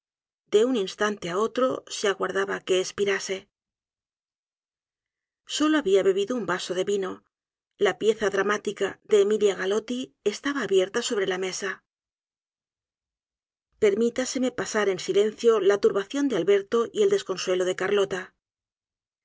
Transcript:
de un instante á otro se aguardaba que espirase solo habia bebido un vaso de vino la pieza dramática de emilia galotti estaba abierta sobre la mesa permítaseme pasar en silencio la turbación de alberto y el desconsuelo de carlota en